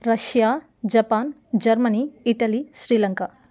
Russia Japan Germany Italy Sri Lanka